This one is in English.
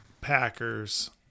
Packers